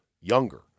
younger